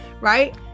right